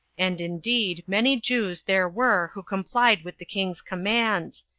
and indeed many jews there were who complied with the king's commands,